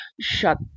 shut